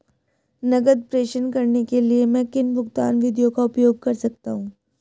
नकद प्रेषण करने के लिए मैं किन भुगतान विधियों का उपयोग कर सकता हूँ?